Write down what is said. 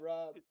Rob